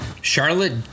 Charlotte